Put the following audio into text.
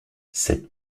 cette